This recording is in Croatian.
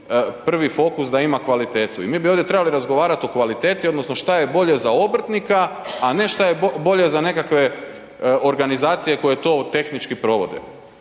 prvi fokus da ima kvalitetu i mi bi ovdje trebali razgovarati o kvaliteti odnosno što je bolje za obrtnika, a ne što je bolje za nekakve organizacije koje to tehnički provode.